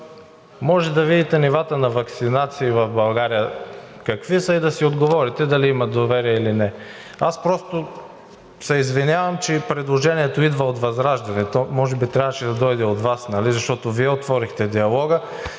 Може да видите нивата на ваксинация в България какви са и да си отговорите дали има доверие или не. Аз просто се извинявам, че предложението идва от ВЪЗРАЖДАНЕ. То може би трябваше да дойде от Вас, защото Вие отворихте диалога.